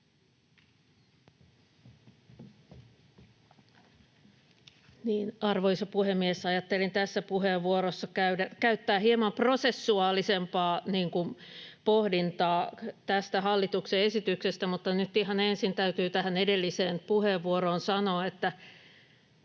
Arvoisa puhemies! Ajattelin tässä puheenvuorossa käyttää hieman prosessuaalisempaa pohdintaa tästä hallituksen esityksestä, mutta nyt ihan ensin täytyy tähän edelliseen puheenvuoroon sanoa, että